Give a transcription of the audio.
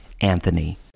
Anthony